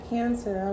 Cancer